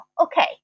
Okay